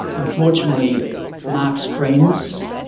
unfortunately mark's friends,